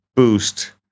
boost